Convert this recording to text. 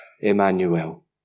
Emmanuel